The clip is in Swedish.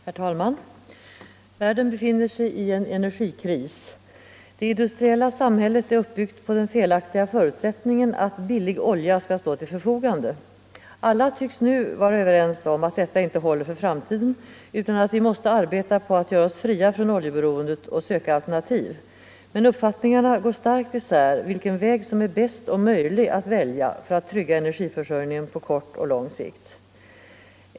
Herr talman! Världen befinner sig i en energikris. Det industriella samhället är uppbyggt på den felaktiga förutsättningen att billig olja skall stå till förfogande. Alla tycks nu vara överens om att detta inte håller för framtiden utan att vi måste arbeta på att göra oss fria från oljeberoendet och söka alternativ. Men uppfattningarna går starkt isär om vilken väg som är bäst och möjlig att välja för att trygga energiförsörjningen på kort och lång sikt.